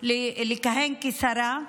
לכהן כשרה,